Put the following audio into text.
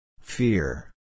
Fear